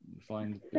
find